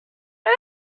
air